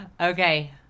Okay